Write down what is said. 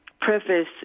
preface